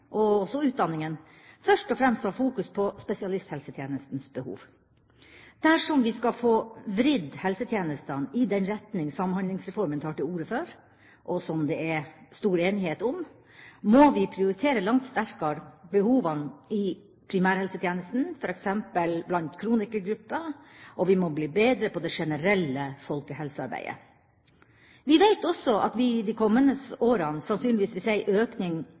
og også utdanningene, først og fremst fokuserer på spesialisthelsetjenestens behov. Dersom vi skal få vridd helsetjenestene i den retninga Samhandlingsreformen tar til orde for, og som det er stor enighet om, må vi prioritere langt sterkere behovene i primærhelsetjenesten, f.eks. blant kronikergrupper, og vi må bli bedre på det generelle folkehelsearbeidet. Vi veit også at vi i de kommende årene sannsynligvis vil se en økning